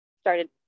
started